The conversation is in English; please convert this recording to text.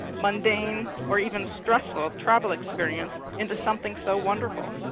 mundane, or even stressful travel experience into something so wonderful.